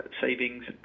savings